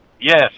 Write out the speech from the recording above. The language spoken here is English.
Yes